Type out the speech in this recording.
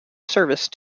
service